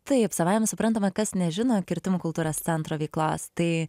taip savaime suprantama kas nežino kirtimų kultūros centro veiklos tai